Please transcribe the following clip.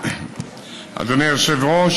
אדוני היושב-ראש,